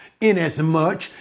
inasmuch